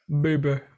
Baby